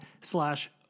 slash